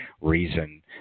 reason